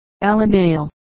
Allendale